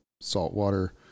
saltwater